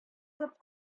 алып